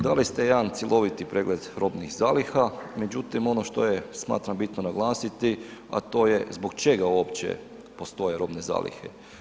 Dali ste jedan cjeloviti pregled robnih zaliha, međutim ono što je smatram bitno naglasiti a to je zbog čega uopće postoje robne zalihe.